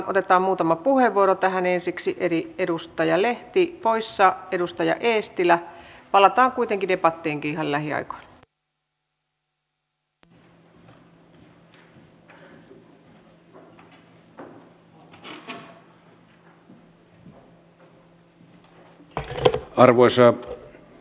otetaan muutama puheenvuoro tähän ensiksi eri edustaja lehti voissa edustaja eestilä palataan kuitenkin debattiinkin ihan lähiaikoina